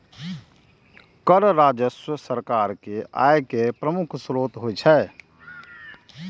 कर राजस्व सरकार के आय केर प्रमुख स्रोत होइ छै